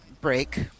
break